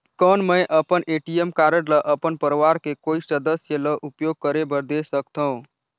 कौन मैं अपन ए.टी.एम कारड ल अपन परवार के कोई सदस्य ल उपयोग करे बर दे सकथव?